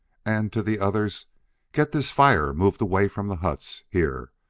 and, to the others get this fire moved away from the huts here.